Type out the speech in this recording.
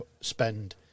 spend